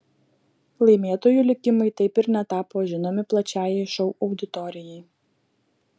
laimėtojų likimai taip ir netapo žinomi plačiajai šou auditorijai